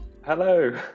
Hello